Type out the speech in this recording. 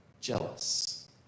jealous